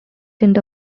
tint